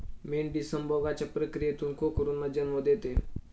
मेंढी संभोगाच्या प्रक्रियेतून कोकरूंना जन्म देते